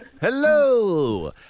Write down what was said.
Hello